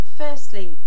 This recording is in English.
firstly